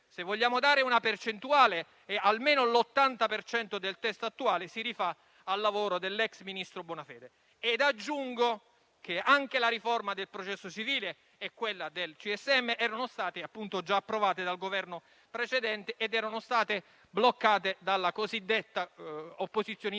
Se vogliamo dare una percentuale, almeno l'80 per cento del testo attuale si rifà al lavoro dell'ex ministro Bonafede. Aggiungo che anche la riforma del processo civile e quella del CSM erano state già approvate dal Governo precedente ed erano state bloccate dalla cosiddetta opposizione interna a